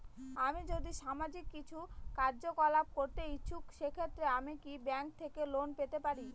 আমি যদি সামাজিক কিছু কার্যকলাপ করতে ইচ্ছুক সেক্ষেত্রে আমি কি ব্যাংক থেকে লোন পেতে পারি?